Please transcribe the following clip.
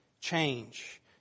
change